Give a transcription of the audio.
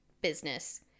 business